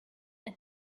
and